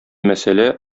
мәсьәлә